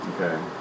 Okay